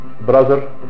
brother